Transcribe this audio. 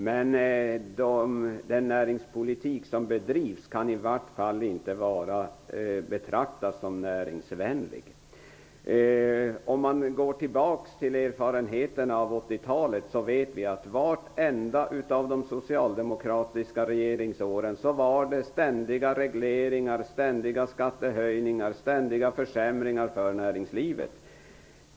Men den näringspolitik som bedrivs kan i varje fall inte betraktas som näringsvänlig. Om vi går tillbaks till erfarenheterna från 80-talet vet vi att det under vartenda ett av de socialdemokratiska regeringsåren skedde ständiga regleringar, ständiga skattehöjningar och ständiga försämringar för näringslivet.